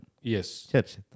Yes